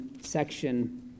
section